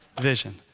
vision